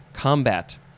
Combat